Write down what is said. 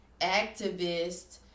activist